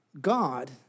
God